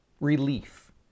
relief